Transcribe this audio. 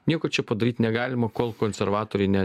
nieko čia padaryt negalima kol konservatoriai ne